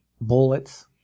bullets